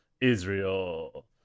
Israel